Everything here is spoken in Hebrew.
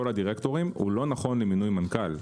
הדירקטורים אבל לא נכון למינוי מנכ"ל.